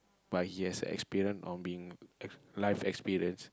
but he has the experience on being life experience